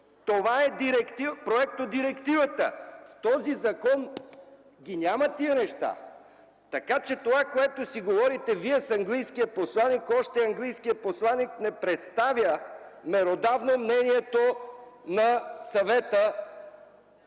това е проектодирективата. В този закон ги няма тези неща, а по това, което си говорите Вие с английския посланик – все още английският посланик не представя меродавно мнението на Съвета,